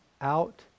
out